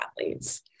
athletes